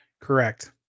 Correct